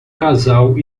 casal